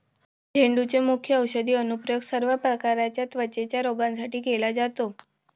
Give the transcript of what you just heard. झेंडूचे मुख्य औषधी अनुप्रयोग सर्व प्रकारच्या त्वचेच्या रोगांसाठी केला जातो